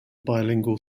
bilingual